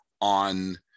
on